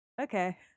okay